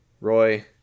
Roy